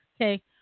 okay